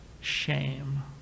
shame